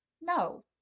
No